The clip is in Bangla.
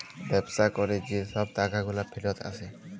ব্যবসা ক্যরে যে ছব টাকাগুলা ফিরত আসে